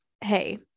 Hey